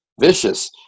vicious